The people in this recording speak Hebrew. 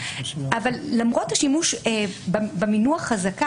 למרות השימוש במינוח חזקה,